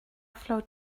flowed